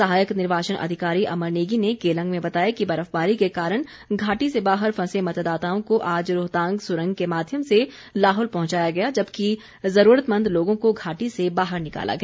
सहायक निर्वाचन अधिकारी अमर नेगी ने केलंग में बताया कि बर्फबारी के कारण घाटी से बाहर फंसे मतदाताओं को आज रोहतांग सुरंग के माध्यम से लाहौल पहुंचाया गया जबकि ज़रूरतमंद लोगों को घाटी से बाहर निकाला गया